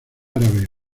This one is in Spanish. árabe